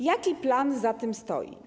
Jaki plan za tym stoi?